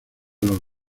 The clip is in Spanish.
los